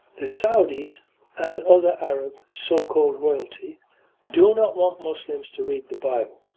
the saudis and other arab so-called royalty do not want muslims to read the bible,